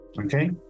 okay